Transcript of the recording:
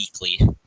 weekly